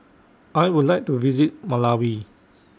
I Would like to visit Malawi